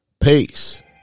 Peace